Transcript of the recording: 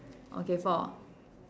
okay four